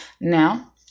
Now